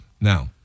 Now